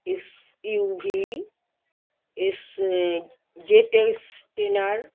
SUV S